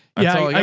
yeah,